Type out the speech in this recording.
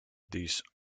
these